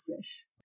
fresh